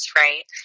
right